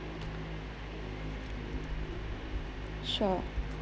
sure